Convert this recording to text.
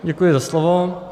Děkuji za slovo.